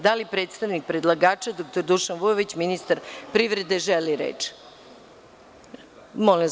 Da li predstavnik predlagača dr Dušan Vujović, ministar privrede želi reč? (Da)